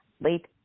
late